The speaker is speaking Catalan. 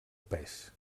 pes